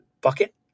bucket